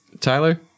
Tyler